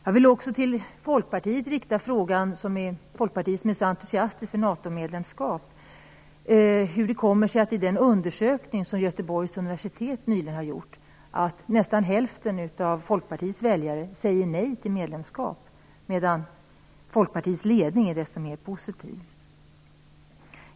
Jag vill också rikta frågan till Folkpartiet, som är så entusiastiskt för ett NATO-medlemskap, hur det kommer sig att nästan hälften av Folkpartiets väljare, i den undersökning som Göteborgs universitet nyligen har gjort, säger nej till medlemskap, medan Folkpartiets ledning är desto mer positiv.